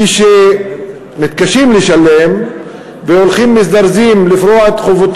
כשמתקשים לשלם והולכים ומזדרזים לפרוע את החובות